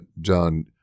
John